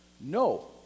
no